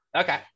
Okay